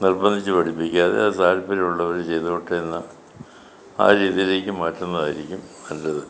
നിർബന്ധിച്ച് പഠിപ്പിക്കാതെ അത് താല്പര്യം ഉള്ളവർ ചെയ്തോട്ടേയെന്ന് ആ രീതിയിലേക്ക് മാറ്റുന്നതായിരിക്കും നല്ലത്